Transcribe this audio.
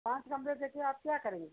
पाँच कमरे दे कर आप क्या करेंगे